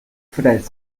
fresc